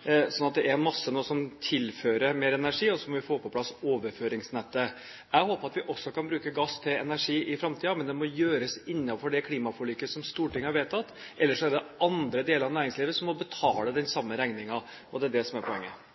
at det er mye nå som tilfører mer energi. Og så må vi få på plass overføringsnettet. Jeg håper at vi også kan bruke gass til energi i framtiden, men det må gjøres innenfor det klimaforliket som Stortinget har vedtatt, ellers er det andre deler av næringslivet som må betale den samme regningen. Det er det som er poenget.